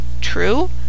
True